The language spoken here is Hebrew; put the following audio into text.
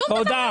שום דבר?